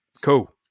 cool